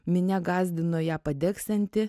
minia gąsdino ją padegsianti